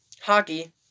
hockey